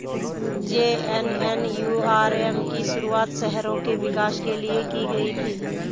JNNURM की शुरुआत शहरों के विकास के लिए की गई थी